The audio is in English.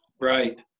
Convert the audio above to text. Right